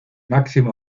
máximo